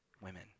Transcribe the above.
women